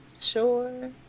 Sure